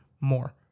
more